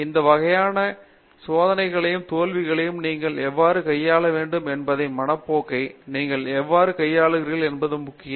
இந்த வகையான வகையான சோதனைகளையும் தோல்விகளையும் நீங்கள் எவ்வாறு கையாள வேண்டும் என்பதை மனப்போக்கை நீங்கள் எவ்வாறு கையாளுகிறீர்கள் என்பது முக்கியம்